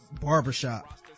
barbershop